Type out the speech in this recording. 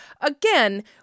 again